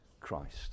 Christ